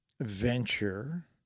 venture